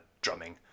drumming